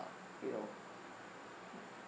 you know